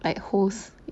like host